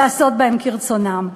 לעשות בהם כרצונם.